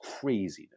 craziness